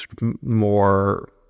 more